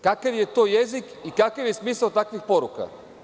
Kakav je to jezik i kakav je smisao takvih poruka?